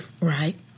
Right